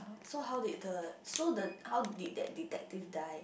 so how did the so the how did that detective die